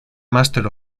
master